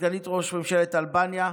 סגנית ראש ממשלת אלבניה.